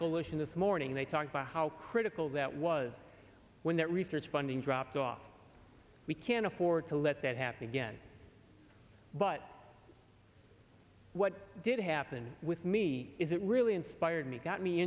solution this morning they talked about how critical that was when that research funding dropped off we can't afford to let that happen again but what did happen with me is it really inspired me got me